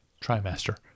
trimester